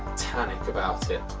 tannic about it.